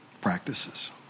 practices